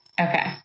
Okay